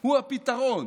הוא הפתרון?